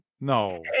No